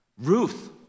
Ruth